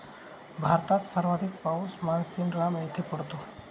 भारतात सर्वाधिक पाऊस मानसीनराम येथे पडतो